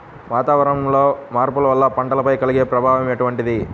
వాతావరణంలో మార్పుల వల్ల పంటలపై కలిగే ప్రభావం ఎటువంటిది?